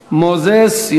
מוזס.